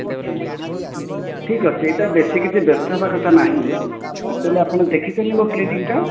ଆଚ୍ଛା ଆଚ୍ଛା ଠିକ୍ ଅଛି ଏଇଟା ବେଶି କିଛି ବ୍ୟସ୍ତ ହେବା କଥା ନାହିଁ ଏକଚୌଲି ଆପଣ ଦେଖିଛନ୍ତି ମୋ କ୍ଲିନିକ୍ ଟା